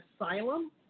Asylum